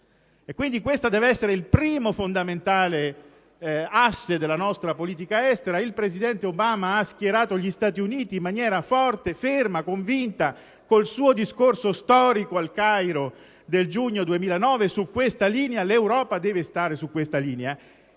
popoli! Questo deve essere il primo fondamentale asse della nostra politica estera. Il presidente Obama ha schierato gli Stati Uniti in maniera forte, ferma, convinta con il suo discorso storico pronunciato al Cairo nel giugno del 2009, e l'Europa deve assestarsi su questa linea.